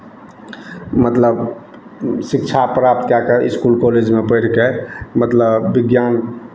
मतलब शिक्षा प्राप्त कए कऽ इसकुल कॉलेजमे पढ़ि कऽ मतलब विज्ञान